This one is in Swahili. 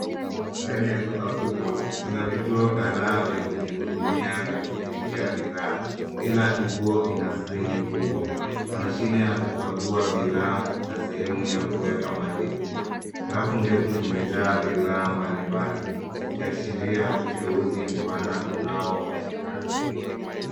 Ndani ya duka kubwa kuna vituo kadhaa vya kujihudumia bidhaa. Kila kituo kina skrini kubwa. Mashine ya kukagua bidhaa na sehemu ya kuweka malipo. Rafu ndefu zimejaa bidhaa mbalimbali zikiashiria uteuzi mpana unaopatikana.